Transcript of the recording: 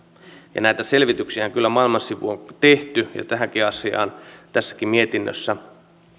näitä selvityksiähän kyllä maailman sivu on tehty ja tähänkin asiaan tässäkin mietinnössä